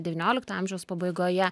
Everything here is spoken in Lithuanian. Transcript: devyniolikto amžiaus pabaigoje